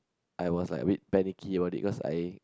I was like a bit panicky about it because I